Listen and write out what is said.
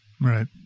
Right